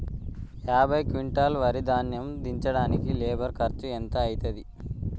యాభై క్వింటాల్ వరి ధాన్యము దించడానికి లేబర్ ఖర్చు ఎంత అయితది?